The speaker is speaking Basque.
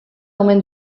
omen